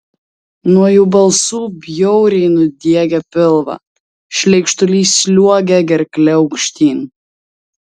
nuo jų balsų bjauriai nudiegia pilvą šleikštulys sliuogia gerkle aukštyn